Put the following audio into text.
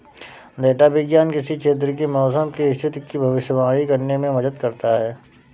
data विज्ञान किसी क्षेत्र की मौसम की स्थिति की भविष्यवाणी करने में मदद करता है